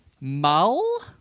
mull